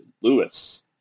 Lewis